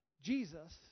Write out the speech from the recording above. Jesus